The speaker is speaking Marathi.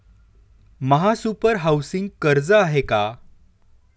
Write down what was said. महासुपर हाउसिंग कर्ज आहे का?